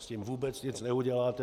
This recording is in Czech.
S tím vůbec nic neuděláte.